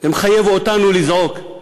זה מחייב אותנו לזעוק.